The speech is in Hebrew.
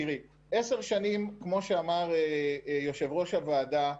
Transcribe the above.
תראי, עשר שנים, כמו שאמר יושב ראש הוועדה,